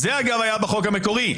זה אגב היה בחוק המקורי,